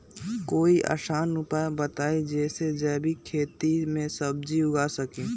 कोई आसान उपाय बताइ जे से जैविक खेती में सब्जी उगा सकीं?